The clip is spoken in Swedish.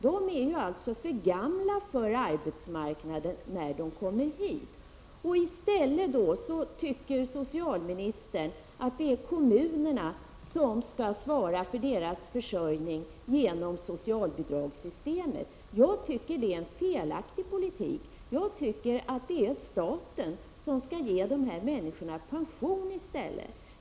De är för gamla för arbetsmarknaden när de kommer hit. I stället tycker socialministern att kommunerna skall svara för deras försörjning genom socialbidragssystemet. Jag tycker att det är en felaktig politik. Staten bör ge dessa människor pension i stället.